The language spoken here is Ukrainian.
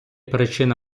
причина